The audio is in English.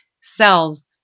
cells